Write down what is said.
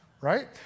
right